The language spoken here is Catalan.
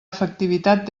efectivitat